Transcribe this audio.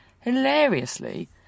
Hilariously